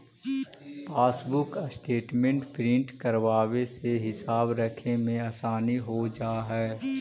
passbook statement print करवावे से हिसाब रखने में आसानी हो जा हई